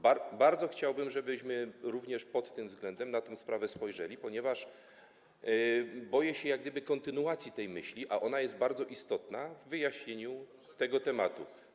Bardzo chciałbym, żebyśmy również pod tym względem na tę sprawę spojrzeli, ponieważ boję się jak gdyby kontynuacji tej myśli, a ona jest bardzo istotna w wyjaśnieniu tego tematu.